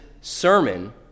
sermon